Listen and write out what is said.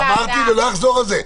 אמרתי ולא אחזור על זה.